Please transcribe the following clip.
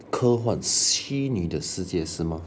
科幻虚拟的世界是吗